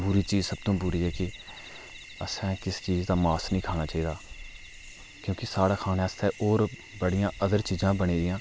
बुरी चीज सब तूं बुरी जेह्की असें किस चीज दा मांस निं खाना चाहिदा क्योंकि साढ़े खाने आस्तै होर बड़ियां अदर चीजां बनी दियां